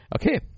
Okay